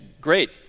great